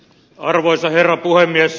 arvoisa herra puhemies